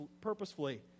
purposefully